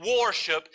worship